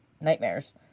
nightmares